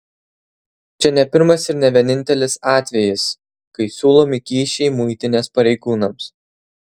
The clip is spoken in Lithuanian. čia ne pirmas ir ne vienintelis atvejis kai siūlomi kyšiai muitinės pareigūnams